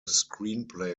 screenplay